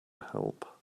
help